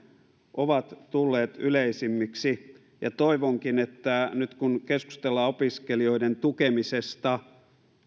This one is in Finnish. ovat tulleet yleisemmiksi ja toivonkin että nyt kun keskustellaan opiskelijoiden tukemisesta